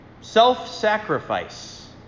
self-sacrifice